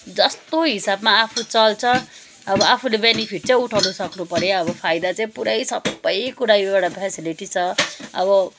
जस्तो हिसाबमा आफू चल्छ अब आफूले बेनिफिट चाहिँ उठाउनु सक्नुपऱ्यो फाइदा चाहिँ पुरै सबै कुरैबाट फेसिलिटी छ अब